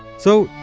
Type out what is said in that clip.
so,